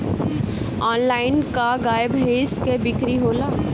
Online का गाय भैंस क बिक्री होला?